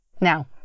Now